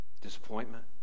Disappointment